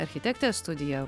architektės studija